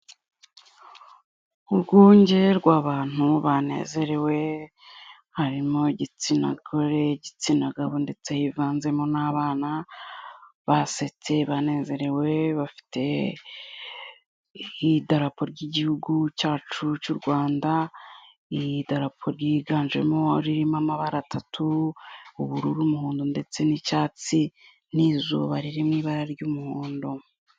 Urwunge rw'abantu banezerewe, harimo igitsina gore, igitsina gabo, ndetse hivanzemo n'abana basetse banezerewe bafite idarapo ry'igihugu cyacu cy'u Rwanda, iri darapo ryiganjemo ririmo amabara atatu ubururu, umuhondo ndetse n'icyatsi n'izuba riri mu ibara ry'umuhondo.